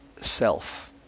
self